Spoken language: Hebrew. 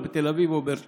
תל אביב או באר שבע.